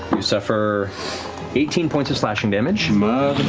you suffer eighteen points of slashing damage.